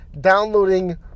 downloading